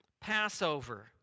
Passover